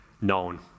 known